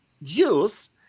use